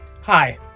Hi